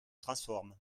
transforment